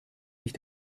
sich